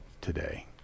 today